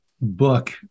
book